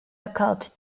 occult